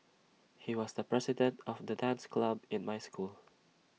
he was the president of the dance club in my school